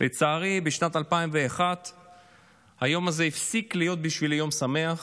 לצערי בשנת 2001 היום הזה הפסיק להיות בשבילי יום שמח.